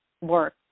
work